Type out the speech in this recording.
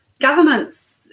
governments